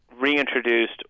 reintroduced